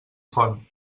font